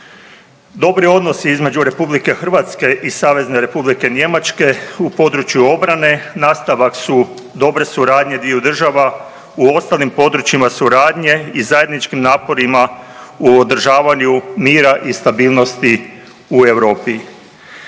Dobri odnosi između RH i SR Njemačke u području obrane nastavak su dobre suradnje dviju država u ostalim područjima suradnje i zajedničkim naporima u održavanju mira i stabilnosti u Europi.